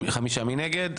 מי נגד?